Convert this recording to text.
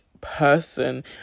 person